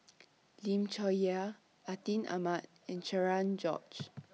Lim Chong Yah Atin Amat and Cherian George